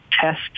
tests